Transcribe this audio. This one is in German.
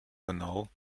genau